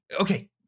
Okay